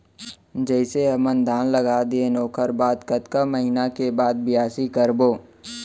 जइसे हमन धान लगा दिएन ओकर बाद कतका महिना के बाद बियासी करबो?